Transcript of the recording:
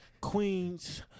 Queens